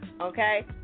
Okay